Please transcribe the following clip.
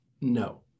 No